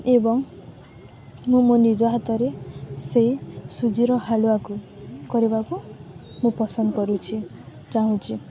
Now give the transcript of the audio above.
ଏବଂ ମୁଁ ମୋ ନିଜ ହାତରେ ସେଇ ସୁଜିର ହାଲୁଆକୁ କରିବାକୁ ମୁଁ ପସନ୍ଦ କରୁଛି ଚାହୁଁଛି